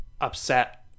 upset